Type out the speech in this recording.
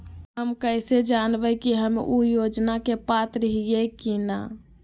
हम कैसे जानब की हम ऊ योजना के पात्र हई की न?